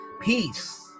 peace